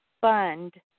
fund